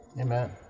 Amen